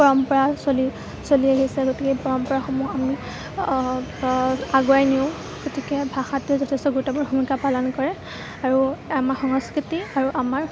পৰম্পৰা চলি চলি আহিছে গতিকে পৰম্পৰাসমূহ আমি আগুৱাই নিওঁ গতিকে ভাষাটোৱে যথেষ্ট গুৰুত্বপূৰ্ণ ভূমিকা পালন কৰে আৰু আমাৰ সংস্কৃতি আৰু আমাৰ